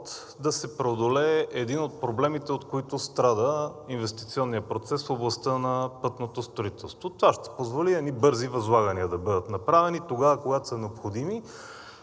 да се преодолее един от проблемите, от които страда инвестиционният процес в областта на пътното строителство. Това ще позволи едни бързи възлагания да бъдат направени тогава, когато са необходими,